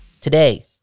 today